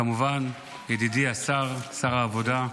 כמובן ידידי השר שר העבודה,